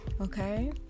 Okay